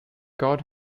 god